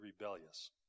rebellious